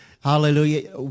Hallelujah